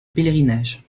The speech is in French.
pèlerinage